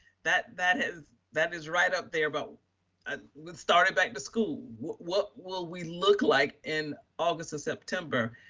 that that has, that is right up there, but um ah let's start it back to school. what will we look like in august or september?